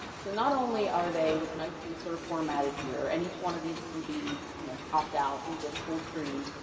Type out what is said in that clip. so not only are they nicely sort of formatted here and each one of these can be you know popped out into full screen.